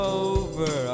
over